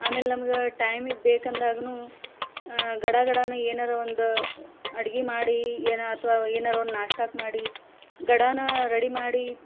ಆಮೇಲೆ ನಮ್ಗೆ ಟೈಮಿಗೆ ಬೇಕೆಂದಾಗೂನು ಗಡ ಗಡನು ಏನಾದ್ರೂ ಒಂದು ಅಡ್ಗೆ ಮಾಡಿ ಏನೋ ಅಥ್ವಾ ಏನಾದ್ರೂ ಒಂದು ನಾಷ್ಟಕ್ಕೆ ಮಾಡಿ ಗಡಾನ ರೆಡಿ ಮಾಡಿ